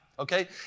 Okay